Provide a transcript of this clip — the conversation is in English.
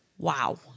Wow